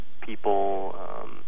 people